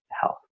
health